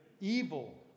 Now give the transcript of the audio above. evil